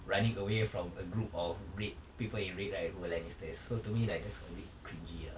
running away from a group of red people in red right who were like gangsters so to me right that's a bit cringey lah